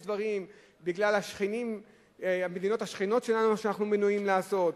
יש דברים שבגלל המדינות השכנות שלנו אנחנו מנועים מלעשות.